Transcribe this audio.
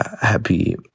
Happy